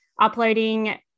uploading